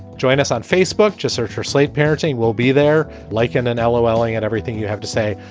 join us on facebook. just search for slate parenting. we'll be there. lycan and l o l and and everything you have to say,